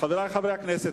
חברי חברי הכנסת,